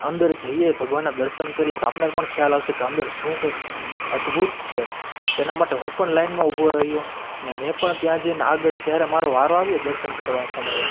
અંદર જઈએ ભગવાનનાં દર્શન કરીએ તો આપણને પણ ખ્યાલ આવશે કે અંદર શું કંઇક અદભૂત છે તો એનાં માટે હું પણ લાઇનમાં ઊભો રહ્યો ને મેં પણ ત્યાં જઈને આગળ જ્યારે મારો વારો આવ્યો દર્શન કરવાં સમયે